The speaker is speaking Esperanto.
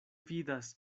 vidas